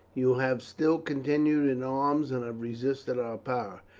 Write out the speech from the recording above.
you have still continued in arms and have resisted our power,